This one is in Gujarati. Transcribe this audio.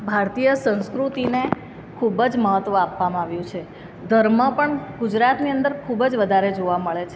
ભારતીય સંસ્કૃતિને ખૂબ જ મહત્ત્વ આપવામાં આવ્યું છે ધર્મ પણ ગુજરાતની અંદર ખૂબ જ વધારે જોવા મળે છે